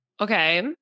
Okay